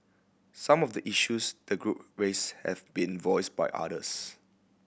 some of the issues the group raised have been voiced by others